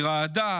היא רעדה,